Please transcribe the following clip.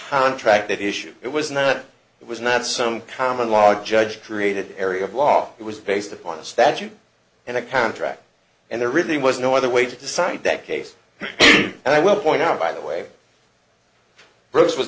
contract that issue it was not it was not some common law judge created area of law it was based upon a statute and a contract and there really was no other way to decide that case and i will point out by the way